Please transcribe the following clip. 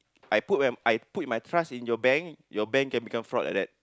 I put my I put in my trust in your bank your bank can become fraud like that